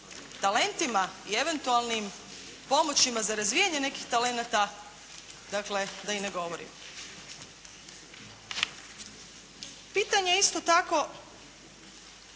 talentima i eventualnim pomoćima za razvijanje nekih talenata da i ne govorim. Pitanje je isto tako,